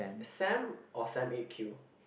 Sam or Sam eight queue